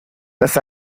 las